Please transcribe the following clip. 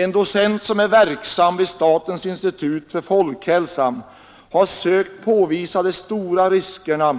En docent, verksam vid statens institut för folkhälsan, har sökt påvisa de stora riskerna